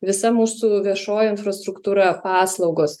visa mūsų viešoji infrastruktūra paslaugos